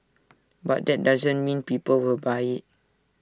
but that doesn't mean people will buy IT